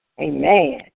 Amen